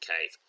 cave